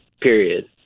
period